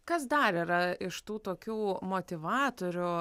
kas dar yra iš tų tokių motyvatorių